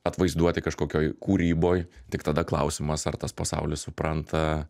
atvaizduoti kažkokioj kūryboj tik tada klausimas ar tas pasaulis supranta